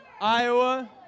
Iowa